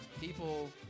People